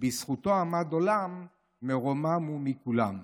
// בזכותו עמד עולם / מרומם הוא מכולם".